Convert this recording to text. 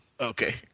Okay